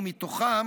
ומתוכם,